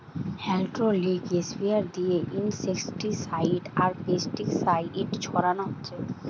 hydraulic sprayer দিয়ে insecticide আর pesticide ছোড়ানা হচ্ছে